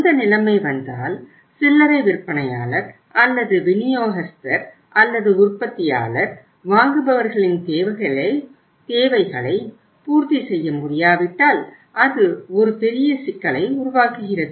அந்த நிலைமை வந்தால் சில்லறை விற்பனையாளர் அல்லது விநியோகஸ்தர் அல்லது உற்பத்தியாளர் வாங்குபவர்களின் தேவைகளைப் பூர்த்தி செய்ய முடியாவிட்டால் அது ஒரு பெரிய சிக்கலை உருவாக்குகிறது